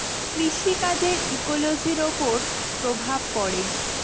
কৃষি কাজের ইকোলোজির ওপর প্রভাব পড়ে